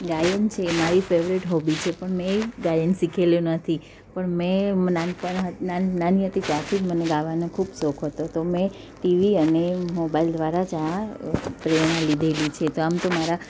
ગાયન છે એ મારી ફેવરેટ હોબી છે પણ મેં ગાયન શીખેલું નથી પણ મેં નાનપણ નાની હતી ત્યારથી મને ગાવાનું ખૂબ શોખ હતો તો મેં ટીવી અને મોબાઈલ દ્વારા જ પ્રેરણા લીધેલી છે તો આમ તો મારા